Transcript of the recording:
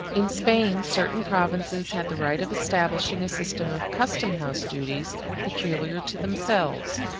in spain certain provinces had the right of establishing a system of custom-house duties peculiar to themselves,